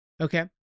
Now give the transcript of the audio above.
Okay